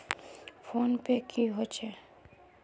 Phone पै की होचे?